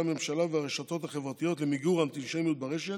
הממשלה והרשתות החברתיות למיגור האנטישמיות ברשת.